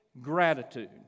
gratitude